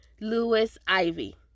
Lewis-Ivy